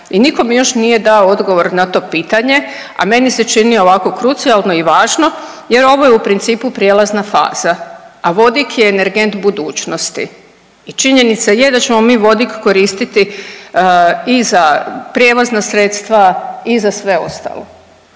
i niko mi još nije dao odgovor na to pitanje, a meni se čini ovako krucijalno i važno jer ovo je u principu prijelazna faza, a vodik je energent budućnosti i činjenica je da ćemo mi vodik koristiti i za prijevozna sredstva i za sve ostalo.